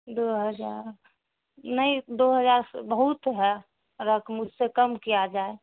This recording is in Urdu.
دو ہزار نہیں دو ہزار بہت ہے رقم اس سے کم کیا جائے